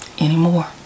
anymore